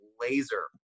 laser